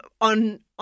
on